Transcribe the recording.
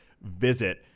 visit